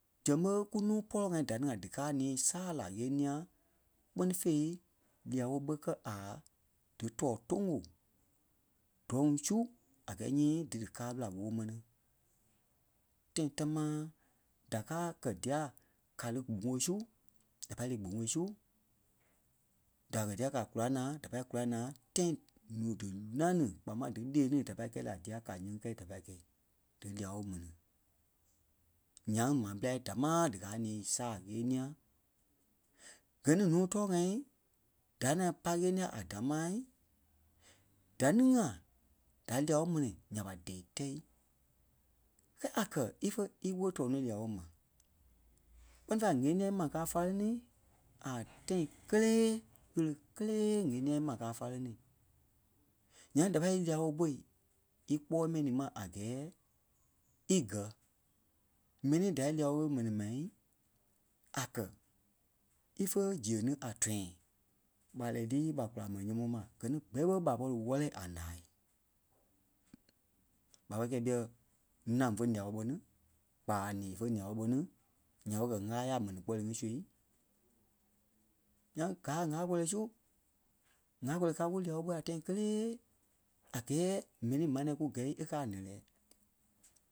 Zɛŋ ɓé kúnuu pɔlɔ-ŋai da ní ŋa díkaa ní saa la ɣeniɛi kpɛ́ni fêi lia-woo ɓé kɛ́ a dí tɔ̂ɔ tôŋ-woo dɔ̂ŋ su a gɛɛ nyii dí díkâai ɓelai wóo mɛni. Tãi támaa da káa kɛ́ dîa ká lí gboŋoi su da pài liî kpoŋoi su. Da kɛ́ díyɛɛ ká kula naa da pâi kula naa tãi nuu di- ǹâŋ ní kpaa máŋ dí lee ní da pâi kɛ̂i la dîa ka nyiŋí kɛ̀i da pâi gɛ̂i dí lia-woo mɛnii. Nyaŋ maa ɓelai dámaa dí káa ní saa ɣɛniɛ. Gɛ́ ní núui tɔ̂ɔ-ŋai da naa pâi ɣeniɛ a damaa, da ni ŋai da lia-woo mɛnii nya ɓa dɛi tɛ́i. Kɛ́ɛ a kɛ́ ífe íwoli tɔɔ ni lia-wóo ma kpɛ́ni fêi la ɣeniɛ maa ka fálenii a tãi kelee ɣele kelee ɣeniɛ ma ka fálenii. Nyaŋ da pai ília-woo ɓó íkpɔɔi mɛni ma a gɛɛ í gɛ̀. M̀ɛnii dia ília-wóo ɓó mɛnii ma a kɛ́ ífe ziɣe ni a tɔ̃yâ ɓa lɛɛ liî ɓa kula mɛni nyɔmɔɔ ma gɛ ni gbɛ̂ɛ ɓé ɓa pɔri wɛ́lɛɛ a náa. ɓa pa kɛ́i ɓîɛ nâŋ fé ǹia-woo ɓo kpaa ńee fé lîa woo ɓo ni nya ɓé gɛ̀ káa saa mɛni kpɔlɔ ŋí su. Nyaŋ gaa ŋâla kɔlɔi su, ŋâla-kɔlɔi gaa ku lia-woo ɓo a tãi kelee a gɛɛ mɛni maa nɛ̃ɛ kú gɛ̂i e kɛ́ a nɛ́lɛɛ.